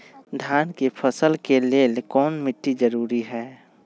धान के फसल के लेल कौन मिट्टी जरूरी है?